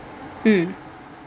mm